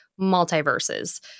multiverses